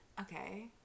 Okay